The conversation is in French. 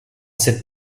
cette